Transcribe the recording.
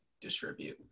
distribute